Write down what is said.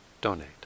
donate